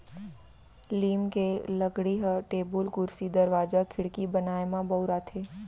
लीम के लकड़ी ह टेबुल, कुरसी, दरवाजा, खिड़की बनाए म बउराथे